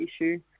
issue